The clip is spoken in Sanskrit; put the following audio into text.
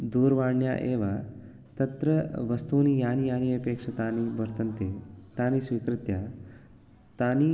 दूरवाण्या एव तत्र वस्तूनि यानि यानि अपेक्षितानि वर्तन्ते तानि स्वीकृत्य तानि